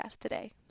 today